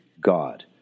God